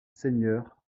seigneur